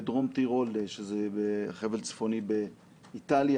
בדרום טירול, שזה חבל צפוני באיטליה,